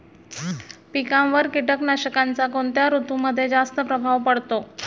पिकांवर कीटकनाशकांचा कोणत्या ऋतूमध्ये जास्त प्रभाव पडतो?